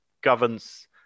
governs